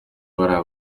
bariya